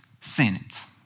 sentence